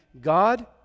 God